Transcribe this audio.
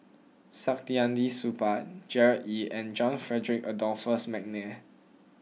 Saktiandi Supaat Gerard Ee and John Frederick Adolphus McNair